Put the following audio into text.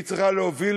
והיא צריכה גם להוביל,